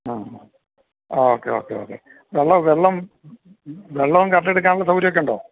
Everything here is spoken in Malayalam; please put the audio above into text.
ആ ആ ഓക്കെ ഓക്കെ ഓക്കെ വെള്ളമൊക്കെ വെള്ളം വെള്ളവും കറൻ്റെടുക്കാനുള്ള സൗകര്യവുമൊക്കെ ഉണ്ടോ